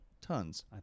tons